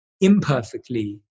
imperfectly